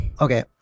Okay